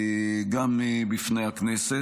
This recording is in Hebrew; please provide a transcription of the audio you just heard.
גם בפני הכנסת.